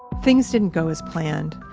things didn't go as planned.